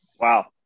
Wow